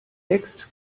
hackst